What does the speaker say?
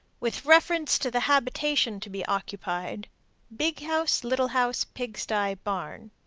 with reference to the habitation to be occupied big house, little house, pig-sty, barn.